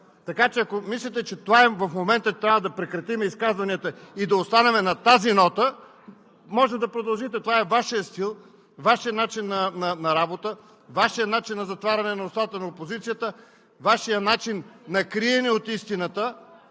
Така че, ако мислите, че в момента трябва да прекратим изказванията и да останем на тази нота, може да продължите! Това е Вашият стил, Вашият начин на работа, Вашият начин на затваряне на устата на опозицията, Вашият начин на криене от истината!